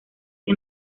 que